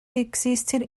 existed